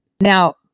Now